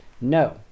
No